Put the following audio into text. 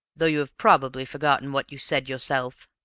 though you have probably forgotten what you said yourself.